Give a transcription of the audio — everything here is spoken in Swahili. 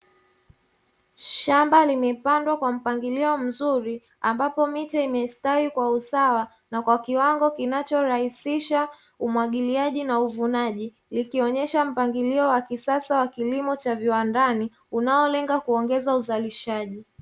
Shamba limepandwa kwa mpangilio mzuri ambapo miche imestawi kwa usawa na kwa kiwango kinachorahisisha umwagiliaji na uvunaji, likionyesha mpangilio wa kisasa wa kilimo cha viwandani, unaolenga kuongeza uzalishaji.